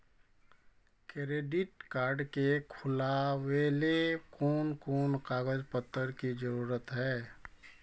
Credit card के खुलावेले कोन कोन कागज पत्र की जरूरत है?